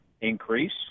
increase